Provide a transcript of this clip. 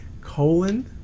colon